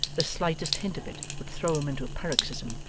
the slightest hint of it would throw him into a paroxysm,